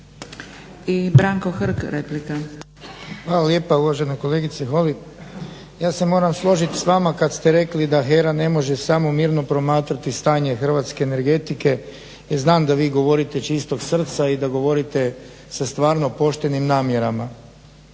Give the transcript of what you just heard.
Branko (HSS)** Hvala lijepa. Uvažena kolegice Holy ja se moram složiti s vama kad ste rekli da HERA ne može samo mirno promatrati stanje hrvatske energetike jer znam da vi govorite čistog srca i da govorite sa stvarno poštenim namjerama.